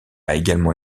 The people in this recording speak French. également